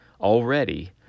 already